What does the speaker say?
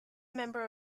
member